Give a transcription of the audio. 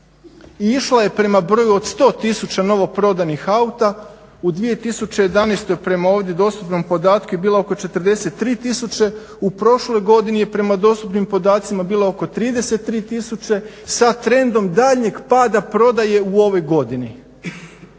išla je prema broju od 100 tisuća novoprodanih auta, u 2011. prema ovdje dostupnom podatku je bila oko 43 tisuće, u prošloj godini je prema dostupnim podacima bila oko 33 tisuće, sa trendom daljnjeg pada prodaje u ovoj godini.